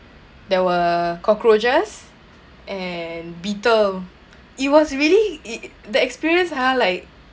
there were cockroaches and beetle it was really it the experience ha like